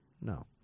No